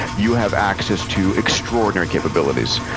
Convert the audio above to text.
you have access to extraordinary capabilities.